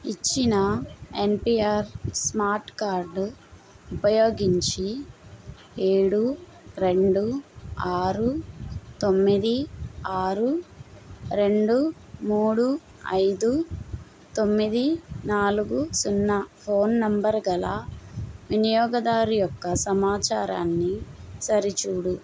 ఇచ్చిన NPR smart card ఉపయోగించి ఏడు రెండు ఆరు తొమ్మిది ఆరు రెండు మూడు ఐదు తొమ్మిది నాలుగు సున్నా ఫోన్ నంబరు గల వినియోగదారు యొక్క సమాచారాన్ని సరిచూడు